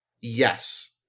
Yes